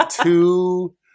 two